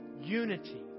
unity